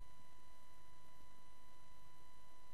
מכובדי העדה, לפני